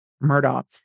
Murdoch